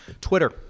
Twitter